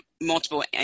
multiple